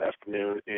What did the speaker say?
afternoon